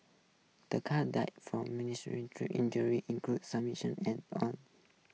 the cat died from ministry injury include some mission and on